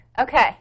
Okay